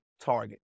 target